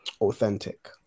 authentic